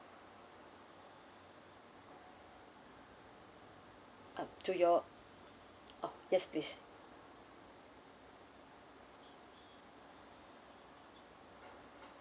uh to your oh yes please